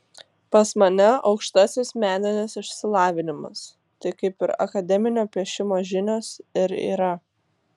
pas mane aukštasis meninis išsilavinimas tai kaip ir akademinio piešimo žinios ir yra